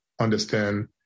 understand